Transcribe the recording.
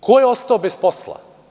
Ko je ostao bez posla?